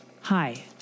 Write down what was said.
Hi